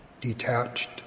detached